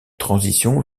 transition